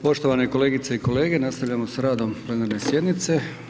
Poštovane kolegice i kolege, nastavljamo sa radom plenarne sjednice.